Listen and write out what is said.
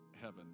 heaven